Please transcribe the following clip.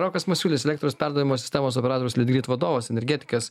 rokas masiulis elektros perdavimo sistemos operatoriaus litgrid vadovas energetikas